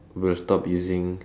will stop using